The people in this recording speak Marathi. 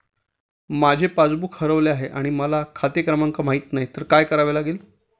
माझे पासबूक हरवले आहे आणि मला खाते क्रमांक माहित नाही तर काय करावे लागेल?